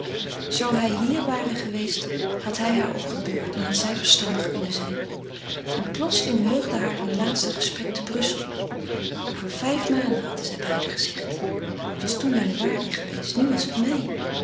zoo hij hier ware geweest had hij haar opgebeurd en had zij verstandig kunnen zijn en plotseling heugde haar hun laatste gesprek te brussel over vijf maanden hadden zij beiden gezegd het was toen januari geweest nu was het mei